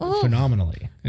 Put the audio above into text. phenomenally